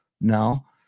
Now